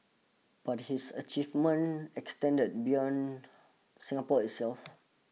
but his achievement extended beyond Singapore itself